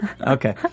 Okay